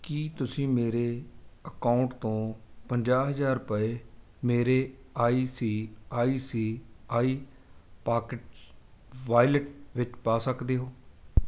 ਕੀ ਤੁਸੀਂ ਮੇਰੇ ਅਕਾਊਂਟ ਤੋਂ ਪੰਜਾਹ ਹਜ਼ਾਰ ਰੁਪਏ ਮੇਰੇ I C I C I pocket wallet ਵਿੱਚ ਪਾ ਸਕਦੇ ਹੋ